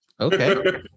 Okay